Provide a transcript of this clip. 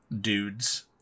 dudes